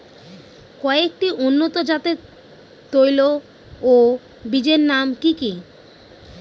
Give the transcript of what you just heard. কয়েকটি উন্নত জাতের তৈল ও বীজের নাম কি কি?